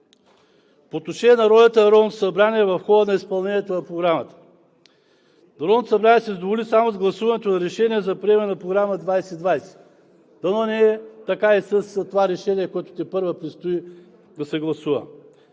По отношение на ролята на Народното събрание в хода на изпълнението на Програмата. Народното събрание се задоволи само с гласуването на Решение за приемане на Програма 2020. Дано не е така и с това решение, което тепърва предстои да се гласува.